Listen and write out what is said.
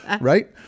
Right